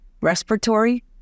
respiratory